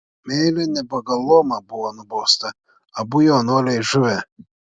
meilė ne pagal luomą buvo nubausta abu jaunuoliai žuvę